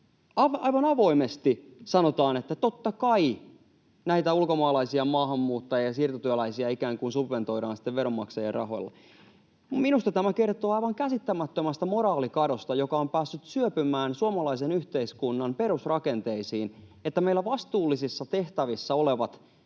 aivan avoimesti sanotaan, että totta kai näitä ulkomaalaisia maahanmuuttajia ja siirtotyöläisiä ikään kuin subventoidaan sitten veronmaksajien rahoilla. Minusta tämä kertoo aivan käsittämättömästä moraalikadosta, joka on päässyt syöpymään suomalaisen yhteiskunnan perusrakenteisiin, kun meillä vastuullisissa tehtävissä olevat